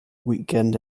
weekend